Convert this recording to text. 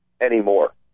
anymore